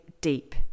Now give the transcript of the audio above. deep